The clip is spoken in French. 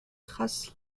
trace